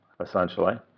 essentially